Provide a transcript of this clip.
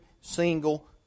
single